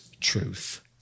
truth